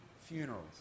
funerals